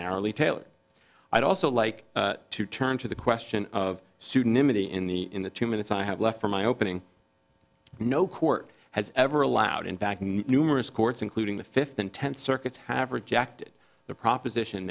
narrowly tailored i'd also like to turn to the question of pseudonymity in the in the two minutes i have left for my opening no court has ever allowed in fact numerous courts including the fifth and ten circuits have rejected the proposition